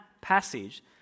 passage